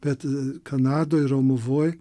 bet kanadoj romuvoj